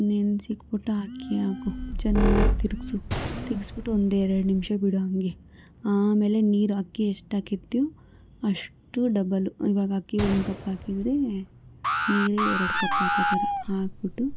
ನೆನೆಸಿಕ್ಬಿಟ್ಟ ಅಕ್ಕಿ ಹಾಕು ಚೆನ್ನಾಗಿ ತಿರುಗ್ಸು ತಿರ್ಗಿಸ್ಬಿಟ್ಟು ಒಂದು ಎರಡು ನಿಮಿಷ ಬಿಡು ಹಂಗೆ ಆಮೇಲೆ ನೀರು ಅಕ್ಕಿ ಎಷ್ಟಾಕಿರ್ತೀಯೋ ಅಷ್ಟು ಡಬಲ್ ಇವಾಗ ಅಕ್ಕಿ ಒಂದು ಕಪ್ಪಾಕಿದ್ರೆ ನೀರು ಎರಡು ಕಪ್ಪಾಕೋದು ಆ ಥರ ಹಾಕಿಬಿಟ್ಟು